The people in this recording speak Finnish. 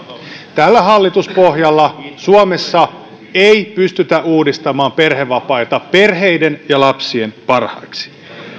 tällä hallituspohjalla suomessa ei pystytä uudistamaan perhevapaita perheiden ja lapsien parhaaksi